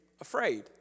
afraid